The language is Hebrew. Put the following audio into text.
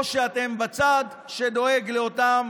או שאתם בצד שדואג לאותם